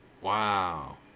Wow